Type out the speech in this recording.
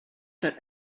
that